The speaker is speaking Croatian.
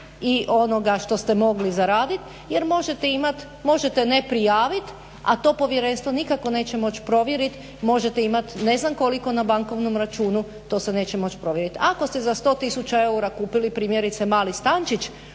i onoga što ste mogli zaraditi jer možete ne prijavit a to povjerenstvo nikako neće moći provjerit. Možete imat ne znam koliko na bankovnom računu, to se neće moći provjerit. Ako ste za 100 tisuća eura kupili primjerice mali stančić